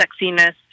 sexiness